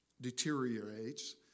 deteriorates